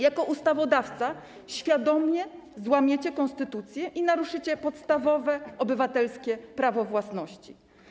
Jako ustawodawca świadomie złamiecie konstytucję i naruszycie podstawowe, obywatelskie prawo własności.